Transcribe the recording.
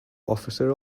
officer